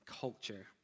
culture